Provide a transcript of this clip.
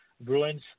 Bruins